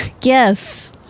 Yes